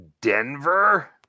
Denver